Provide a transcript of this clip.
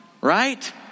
right